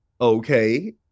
okay